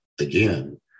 again